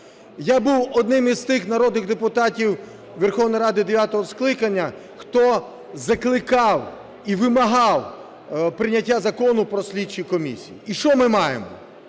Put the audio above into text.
Я був одним із тих народних депутатів Верховної Ради дев'ятого скликання, хто закликав і вимагав прийняття Закону про слідчі комісії. І що ми маємо?